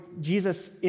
Jesus